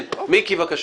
מיקי, בבקשה.